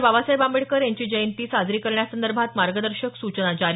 बाबासाहेब आंबेडकर यांची जयंती साजरी करण्यासंदर्भात मार्गदर्शक सूचना जारी